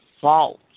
false